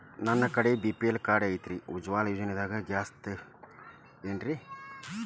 ನನ್ನ ಕಡೆ BPL card ಐತ್ರಿ, ಉಜ್ವಲಾ ಯೋಜನೆದಾಗ ಗ್ಯಾಸ್ ಸಿಲಿಂಡರ್ ತೊಗೋಬಹುದೇನ್ರಿ?